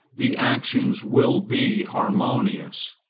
the actions will be harmonious,